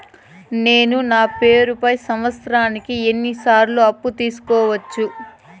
నేను నా పేరుపై సంవత్సరానికి ఎన్ని సార్లు అప్పు తీసుకోవచ్చు?